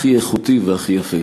הכי איכותי והכי יפה.